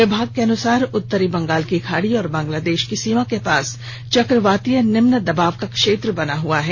विभाग के अनुसार उत्तरी बंगाल की खाड़ी और बांग्लादेश की सीमा के पास चक्रवातीय निम्न दबाव का क्षेत्र बना हुआ है